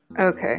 Okay